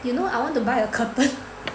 you know I want to buy a curtain